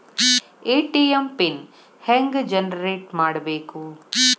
ATM pin ಹೆಂಗ್ generate ಮಾಡಬೇಕು?